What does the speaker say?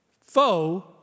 foe